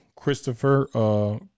Christopher